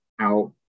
out